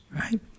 right